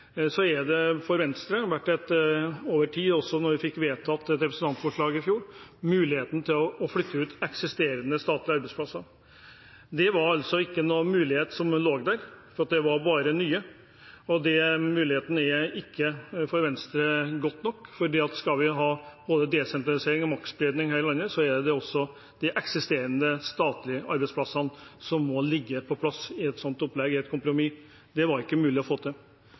det over tid for Venstre handlet om, også da vi fikk vedtatt et representantforslag i fjor, muligheten til å flytte ut eksisterende statlige arbeidsplasser. Det var ikke noen mulighet som lå der, det var bare nye. Den muligheten er ikke godt nok for Venstre, for skal man ha både desentralisering og maktspredning her i landet, må også de eksisterende statlige arbeidsplassene være på plass i et slikt opplegg, i et kompromiss. Det var ikke mulig å få til.